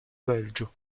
belgio